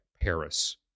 Paris